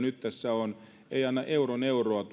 nyt tässä on ei anna euron euroa